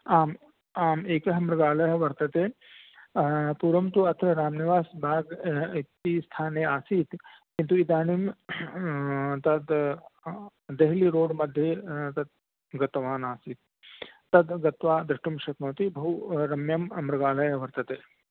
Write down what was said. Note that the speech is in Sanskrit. आम् आम् एकः मृगालयः वर्तते पूर्वं तु अत्र राम्निवासबाग् इति स्थाने आसीत् किन्तु इदानीं तद् देहली रोड् मध्ये तत् गतवान् आसीत् तद् गत्वा द्रष्टुं शक्नोति बहु रम्यः मृगालयः वर्तते